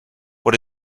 what